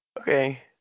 Okay